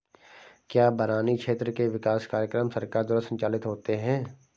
क्या बरानी क्षेत्र के विकास कार्यक्रम सरकार द्वारा संचालित होते हैं?